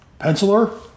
Penciler